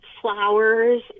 Flowers